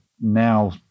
now